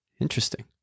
Interesting